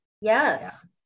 yes